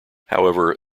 however